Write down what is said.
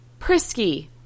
Prisky